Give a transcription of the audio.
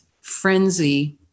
frenzy